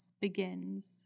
begins